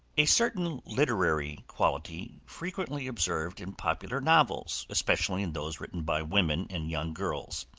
a certain literary quality frequently observed in popular novels, especially in those written by women and young girls,